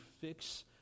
fix